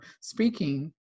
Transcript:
speaking